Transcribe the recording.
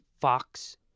fox